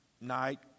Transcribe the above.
night